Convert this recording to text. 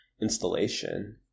installation